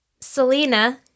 Selena